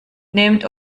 nehmt